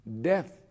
death